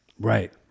Right